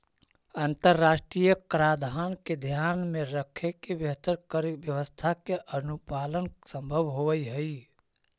अंतरराष्ट्रीय कराधान के ध्यान में रखके बेहतर कर व्यवस्था के अनुपालन संभव होवऽ हई